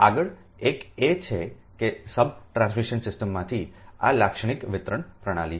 આગળ એક એ છે કેસબ ટ્રાન્સમિશન સિસ્ટમમાંથી આ લાક્ષણિક વિતરણ પ્રણાલી છે